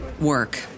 work